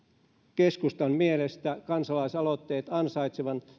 keskustan mielestä kansalaisaloitteet ansaitsevat